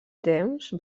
temps